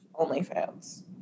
OnlyFans